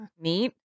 neat